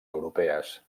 europees